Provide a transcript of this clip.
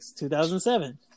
2007